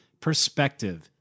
perspective